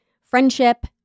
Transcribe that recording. friendship